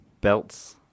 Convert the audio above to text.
belts